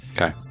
Okay